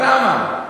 למה?